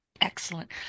Excellent